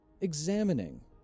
examining